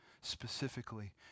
specifically